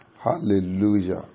Hallelujah